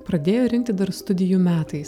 pradėjo rinkti dar studijų metais